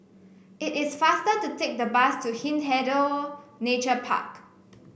it is faster to take the bus to Hindhede Nature Park